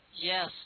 Yes